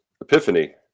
epiphany